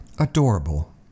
adorable